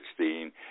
2016